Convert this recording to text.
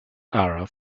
arab